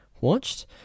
watched